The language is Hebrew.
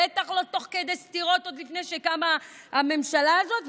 בטח לא תוך כדי סתירות עוד לפני שקמה הממשלה הזאת,